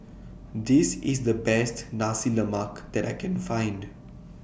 This IS The Best Nasi Lemak that I Can Find